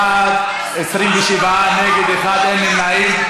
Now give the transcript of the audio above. בעד, 27, נגד, 1, אין נמנעים.